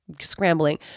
scrambling